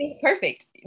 Perfect